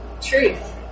truth